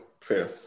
fair